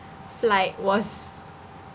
flight was